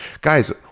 Guys